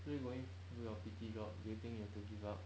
so you are going do your P_T job do you think you have to give up